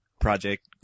Project